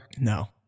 no